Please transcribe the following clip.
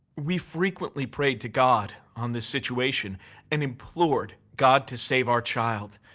we frequently prayed to god on this situation and implored god to save our child.